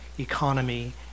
economy